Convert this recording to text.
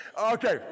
Okay